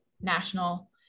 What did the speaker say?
national